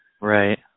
right